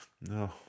No